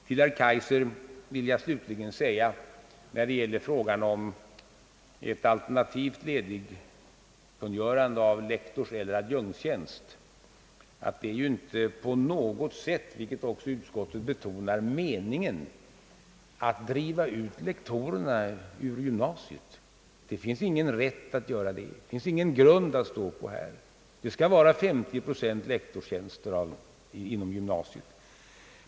Till herr Kaijser vill jag slutligen beträffande frågan om ett alternativt ledigkungörande av lektorseller adjunktstjänst säga, att det ju inte på något sätt — vilket utskottet också har betonat är meningen att driva ut lektorerna ur gymnasiet. Det finns ingen rätt att göra det. Det finns ingen grund att stå på för det. Det skall vara 50 procent lektorstjänster i gymnasiet.